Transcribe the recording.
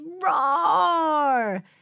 roar